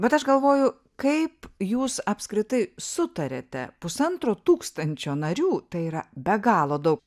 bet aš galvoju kaip jūs apskritai sutariate pusantro tūkstančio narių tai yra be galo daug